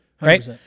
right